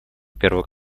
первого